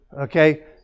Okay